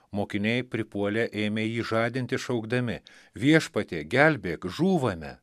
mokiniai pripuolę ėmė jį žadinti šaukdami viešpatie gelbėk žūvame